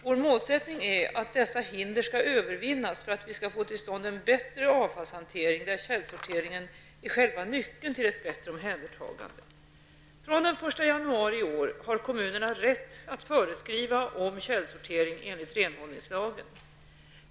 Vår målsättning är att dessa hinder skall övervinnas för att vi skall få till stånd en bättre avfallshantering där källsorteringen är själva nyckeln till ett bättre omhändertagande. Från den 1 januari i år har kommunerna rätt att föreskriva om källsortering enligt renhållningslagen.